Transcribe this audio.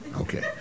Okay